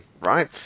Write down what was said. right